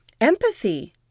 empathy